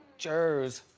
jers,